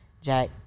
Jack